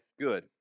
good